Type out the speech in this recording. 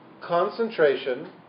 concentration